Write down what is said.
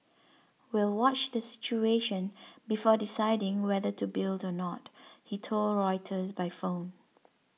we'll watch the situation before deciding whether to build or not he told Reuters by phone